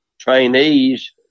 trainees